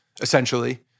essentially